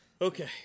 Okay